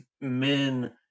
men